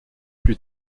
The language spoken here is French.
plus